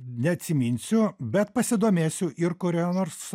neatsiminsiu bet pasidomėsiu ir kurioje nors